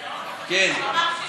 יואב, קראת את הדוח?